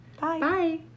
Bye